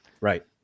right